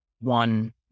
one